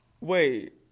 Wait